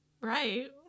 Right